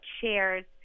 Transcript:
shares